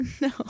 no